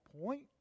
point